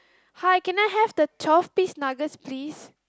hi can I have the twelve piece nuggets please